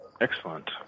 Excellent